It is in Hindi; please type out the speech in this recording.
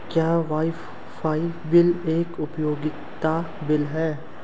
क्या वाईफाई बिल एक उपयोगिता बिल है?